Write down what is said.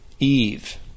Eve